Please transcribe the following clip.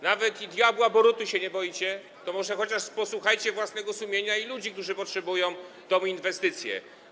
Nawet diabła Boruty się nie boicie, to może chociaż posłuchajcie własnego sumienia i ludzi, którzy potrzebują tej inwestycji.